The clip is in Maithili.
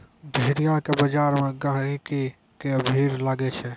भेड़िया के बजार मे गहिकी के भीड़ लागै छै